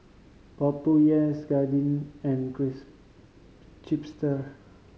Popeyes Guardian and Chipster